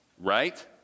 Right